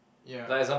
ya